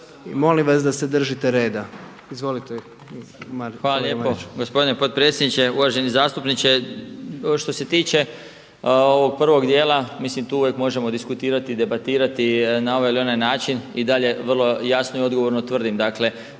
Marić. **Marić, Zdravko** Hvala lijepo gospodine potpredsjedniče. Uvaženi zastupniče, što se tiče ovog prvog dijela, mislim tu uvijek možemo diskutirati i debatirati na ovaj ili način. I dalje vrlo jasno i odgovorno tvrdim,